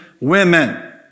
women